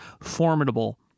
formidable